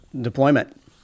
deployment